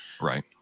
Right